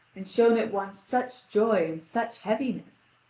and shown at once such joy and such heaviness?